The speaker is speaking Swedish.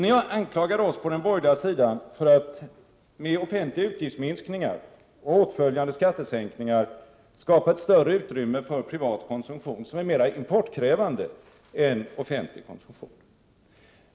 Ni anklagar oss på den borgerliga sidan för att med offentliga utgiftsminskningar och åtföljande skattesänkningar skapa ett större utrymme för privat konsumtion, som är mera importkrävande än offentlig konsumtion.